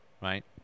right